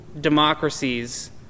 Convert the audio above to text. democracies